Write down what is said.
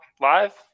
live